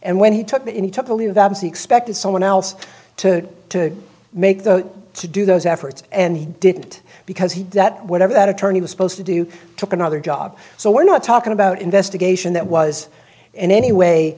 and when he took that he took a leave of absence expected someone else to make the to do those efforts and he didn't because he whatever that attorney was supposed to do took another job so we're not talking about investigation that was in any way